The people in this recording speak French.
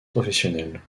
professionnelle